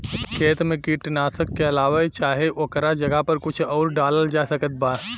खेत मे कीटनाशक के अलावे चाहे ओकरा जगह पर कुछ आउर डालल जा सकत बा?